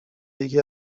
یکی